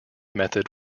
method